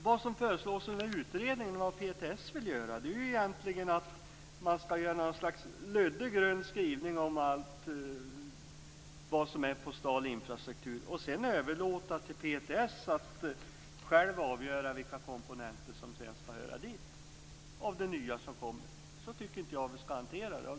Vad som föreslås i utredningen och vad PTS önskar är ett slags luddig grund skrivning om vad som är postal infrastruktur. Sedan skall man överlåta åt PTS att självt avgöra vilka komponenter i det nya som kommer som skall höra dit. Så tycker jag inte att vi skall hantera detta.